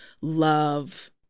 love